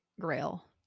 Grail